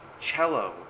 cello